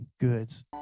goods